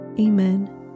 Amen